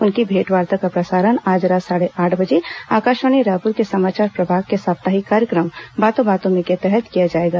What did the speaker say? उनकी भेंटवार्ता का प्रसारण आज रात साढ़े आठ बजे आकाशवाणी रायपुर के समाचार प्रभाग के साप्ताहिक कार्यक्रम बातों बातों में के तहत किया जाएगा